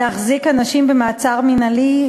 להחזיק אנשים במעצר מינהלי,